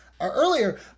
earlier